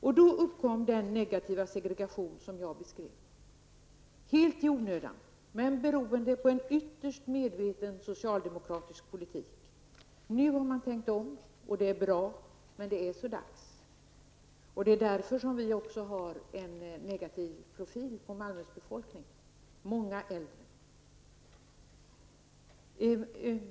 På så sätt uppkom den negativa segregation som jag beskrev, helt i onödan men beroende på en ytterst medveten socialdemokratisk politik. Det är också därför som Malmös befolkningsprofil är negativ, dvs. med många äldre. Nu har man tänkt om, och det är bra, men det är så dags.